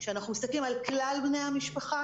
כשאנחנו מסתכלים על כלל בני המשפחה,